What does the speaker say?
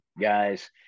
guys